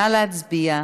נא להצביע.